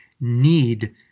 need